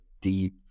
deep